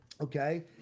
Okay